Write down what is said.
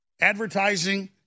advertising